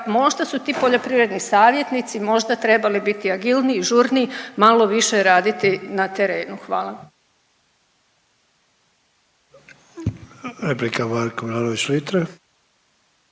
Možda su ti poljoprivrednici savjetnici, možda trebali biti agilniji, žurniji, malo više raditi na terenu. Hvala.